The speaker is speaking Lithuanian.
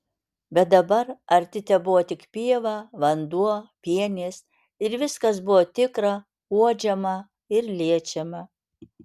bet dabar arti tebuvo tik pieva vanduo pienės ir viskas buvo tikra uodžiama ir liečiama